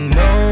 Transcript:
no